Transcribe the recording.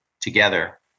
together